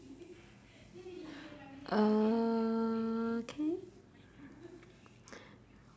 uh K